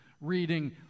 reading